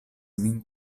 min